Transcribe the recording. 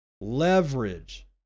leverage